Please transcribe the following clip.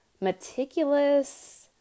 meticulous